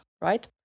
right